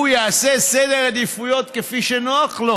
הוא יעשה סדר עדיפויות כפי שנוח לו.